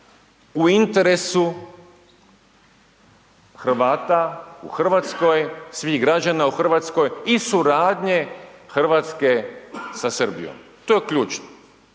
u interesu Hrvata u RH, svih građana u RH i suradnje RH sa Srbijom, to je ključno.